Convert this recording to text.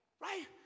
right